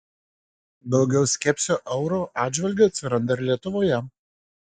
daugiau skepsio euro atžvilgiu atsiranda ir lietuvoje